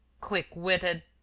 quick-witted!